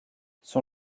son